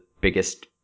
biggest